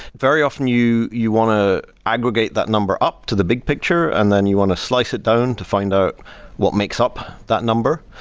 very often you you want to aggregate that number up to the big picture and then you want a slice it down to find the what makes up that number.